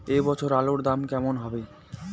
এ বছর আলুর দাম কেমন হবে?